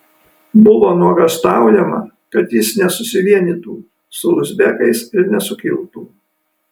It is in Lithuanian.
buvo nuogąstaujama kad jis nesusivienytų su uzbekais ir nesukiltų